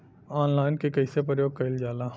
Online के कइसे प्रयोग कइल जाला?